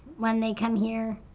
when they come here,